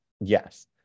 Yes